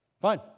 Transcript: Fine